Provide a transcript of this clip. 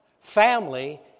Family